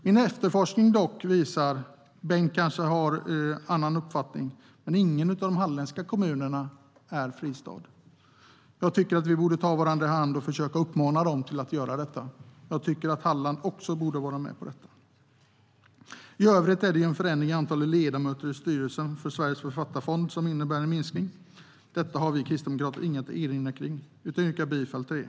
Min efterforskning visar dock - Bengt kanske har en annan uppfattning - att ingen av de halländska kommunerna är en fristad. Jag tycker att vi borde ta varandra i hand och försöka uppmana dem att bli det. Halland borde också vara med på detta. I övrigt är det en förändring av antalet ledamöter i styrelsen för Sveriges författarfond som innebär en minskning. Detta har vi kristdemokrater inget att erinra kring. Jag yrkar bifall till det.